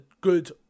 good